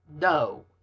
no